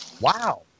wow